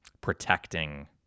protecting